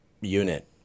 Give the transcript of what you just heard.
unit